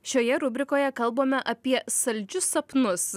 šioje rubrikoje kalbame apie saldžius sapnus